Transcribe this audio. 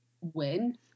win